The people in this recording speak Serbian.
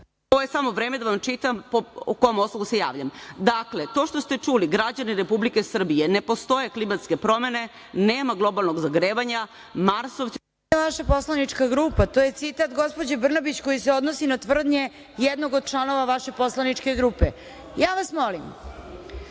Ovo je samo vreme da vam čitam po kom osnovu se javljam. Dakle, to što ste čuli građani Republike Srbije ne postoje klimatske promene, nema globalnog zagrevanja… **Snežana Paunović** To nije vaša poslanička grupa, to je citat gospođe Brnabić koji se odnosi na tvrdnje jednog od članova vaše poslaničke grupe. Ja vas molim